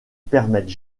permettent